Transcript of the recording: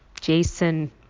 Jason